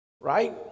right